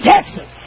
Texas